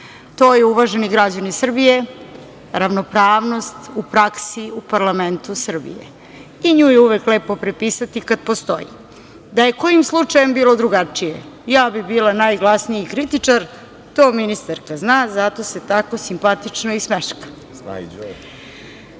To je, uvaženi građani Srbije, ravnopravnost u praksi u parlamentu Srbije. Nju je uvek lepo prepisati kad postoji. Da je kojim slučajem bilo drugačije, ja bih bila najglasniji kritičar, to ministarka zna zato se tako simpatično i smeška. Mi smo